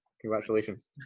Congratulations